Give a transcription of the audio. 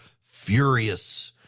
furious